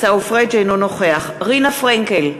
אינו נוכח רינה פרנקל,